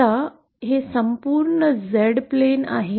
आता हे संपूर्ण Z प्लेन आहे